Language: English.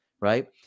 right